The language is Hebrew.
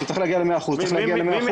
אם צריך להגיע ל-100% צריך להגיע ל-100%.